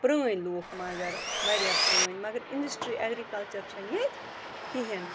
پرٛٲنۍ لوٗکھ مگر واریاہ پرٛٲنۍ مگر اِنٛڈَسٹرٛی اٮ۪گرِکَلچَر چھِنہٕ ییٚتہِ کِہیٖنۍ